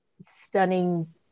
stunning